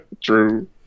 true